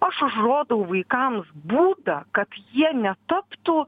aš užrodau vaikams būdą kad jie netaptų